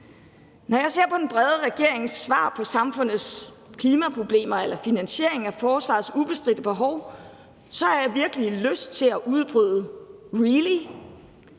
Når jeg ser på den brede regerings svar på samfundets klimaproblemer eller finansieringen af forsvarets ubestridte behov, har jeg virkelig lyst til at udbryde: Really!